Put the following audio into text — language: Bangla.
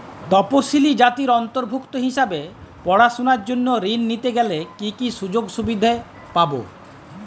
তফসিলি জাতির অন্তর্ভুক্ত হিসাবে পড়াশুনার জন্য ঋণ নিতে গেলে কী কী সুযোগ সুবিধে পাব?